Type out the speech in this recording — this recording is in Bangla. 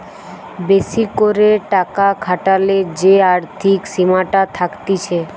বেশি করে টাকা খাটালে যে আর্থিক সীমাটা থাকতিছে